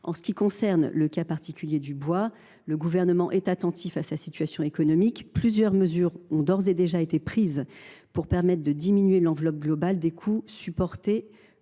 En ce qui concerne le cas particulier du bois, le Gouvernement est attentif à la situation économique de ce secteur. Ainsi, plusieurs mesures ont d’ores et déjà été prises pour permettre de diminuer l’enveloppe globale des coûts supportés